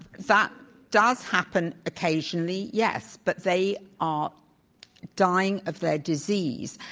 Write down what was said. that does happen occasionally, yes, but they are dying of their disease.